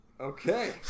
okay